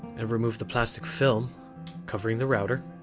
and remove the plastic film covering the router